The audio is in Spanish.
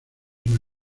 una